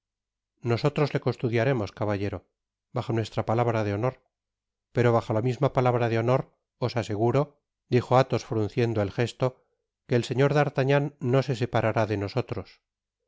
nosotros le custodiaremos caballero bajo nuestra palabra de honor pero bajo la misma palabra de honor os aseguro dijo athos fruuciendo el gesto que el señor d'artagnan no se separará de nosotros